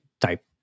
type